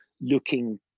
looking